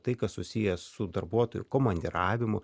tai kas susiję su darbuotojų komandiravimo